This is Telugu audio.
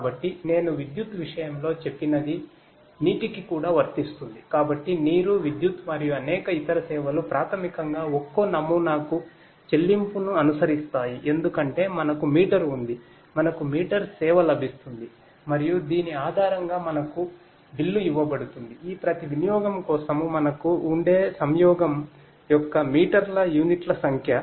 కాబట్టి నేను విద్యుత్తు విషయంలో చెప్పినధి నీటికి కూడా వర్తిస్తుంది కాబట్టి నీరు విద్యుత్ మరియు అనేక ఇతర సేవలు ప్రాథమికంగా ఒక్కో నమూనాకు చెల్లింపును అనుసరిస్తాయి ఎందుకంటే మనకు మీటర్ ఉంది మనకు మీటర్ సేవ లభిస్తుంది మరియు దీని ఆధారంగా మనకు బిల్లు ఇవ్వబడుతుంది ఈ ప్రతి వినియోగము కోసం మనకు ఉండే సంయోగం యొక్క మీటర్ల యూనిట్ల సంఖ్య